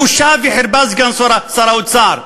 בושה וחרפה, סגן שר האוצר,